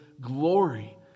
glory